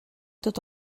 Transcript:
tot